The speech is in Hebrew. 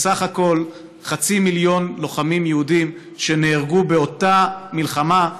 ובסך הכול חצי מיליון לוחמים יהודים נהרגו באותה מלחמה,